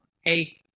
hey